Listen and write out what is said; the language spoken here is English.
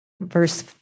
verse